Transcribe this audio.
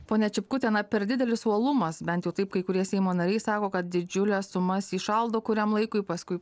ponia čipkute na per didelis uolumas bent jau taip kai kurie seimo nariai sako kad didžiules sumas įšaldo kuriam laikui paskui